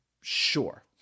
sure